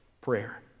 prayer